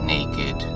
Naked